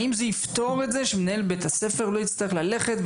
כך שהוא לא יצטרך ללכת,